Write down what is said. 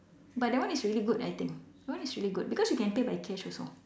but that one is really good I think that one is really good because you can pay by cash also